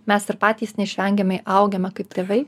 mes ir patys neišvengiamai augame kaip tėvai